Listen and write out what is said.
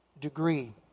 degree